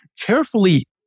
carefully